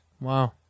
Wow